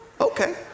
okay